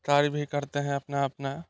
कार्य भी करते हैं अपना अपना